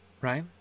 right